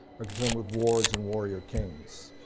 are concerned with wars and warrior kings.